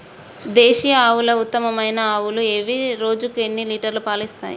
దేశీయ ఆవుల ఉత్తమమైన ఆవులు ఏవి? రోజుకు ఎన్ని లీటర్ల పాలు ఇస్తాయి?